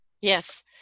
Yes